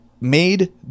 made